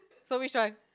so which one